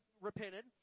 repented